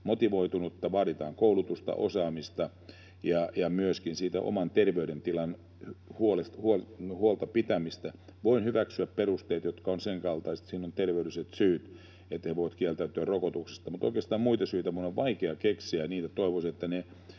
vaaditaan koulutusta, osaamista ja myöskin siitä omasta terveydentilasta huolta pitämistä, voin hyväksyä perusteet, jotka ovat senkaltaiset, että siihen on terveydelliset syyt, että he voivat kieltäytyä rokotuksista, mutta oikeastaan muita syitä minun on vaikea keksiä. Toivoisin, että ne